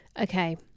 Okay